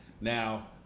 now